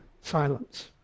silence